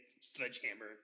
sledgehammer